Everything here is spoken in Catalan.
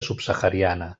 subsahariana